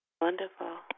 Wonderful